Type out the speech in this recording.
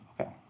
Okay